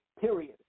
period